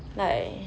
like